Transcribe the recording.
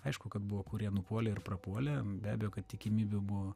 aišku kad buvo kurie nupuolė ir prapuolė be abejo kad tikimybė buvo